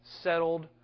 settled